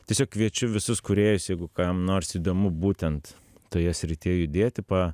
tiesiog kviečiu visus kūrėjus jeigu kam nors įdomu būtent toje srityje judėti pa